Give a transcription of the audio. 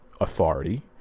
authority